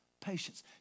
patience